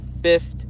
fifth